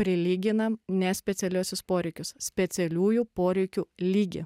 prilyginam ne specialiuosius poreikius specialiųjų poreikių lygį